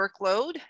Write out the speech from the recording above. workload